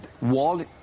wall